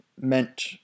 meant